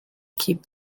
keep